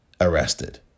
arrested